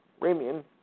Ramian